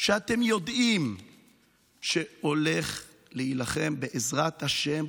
שאתם יודעים שהולך להילחם, בעזרת השם,